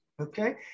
Okay